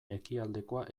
ekialdekoa